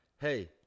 Hey